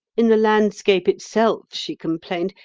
in the landscape itself, she complained,